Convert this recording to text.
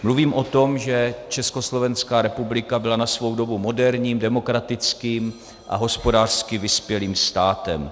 Mluvím o tom, že Československá republika byla na svou dobu moderním, demokratickým a hospodářsky vyspělým státem.